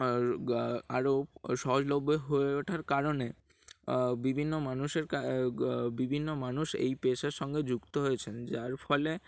আরও সহজলভ্য হয়ে ওঠার কারণে বিভিন্ন মানুষের বিভিন্ন মানুষ এই পেশার সঙ্গে যুক্ত হয়েছেন যার ফলে